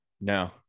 No